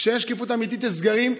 כשאין שקיפות אמיתית יש סגרים,